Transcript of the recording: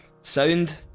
Sound